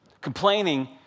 Complaining